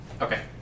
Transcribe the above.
Okay